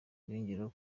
yongeraho